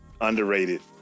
underrated